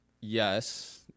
Yes